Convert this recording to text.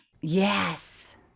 Yes